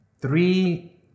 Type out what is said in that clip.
Three